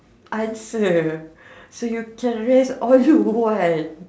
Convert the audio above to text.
answer so you can rest all you want